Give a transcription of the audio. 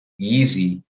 easy